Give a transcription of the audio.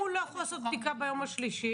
הוא לא יכול לעשות בדיקה ביום השלישי?